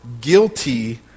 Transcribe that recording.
guilty